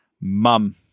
mum